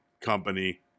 company